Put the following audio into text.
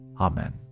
Amen